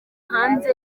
hanze